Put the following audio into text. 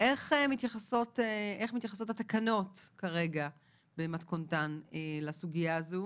איך מתייחסות התקנות במתכונתן לסוגיה הזאת?